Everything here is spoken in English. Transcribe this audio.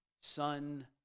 son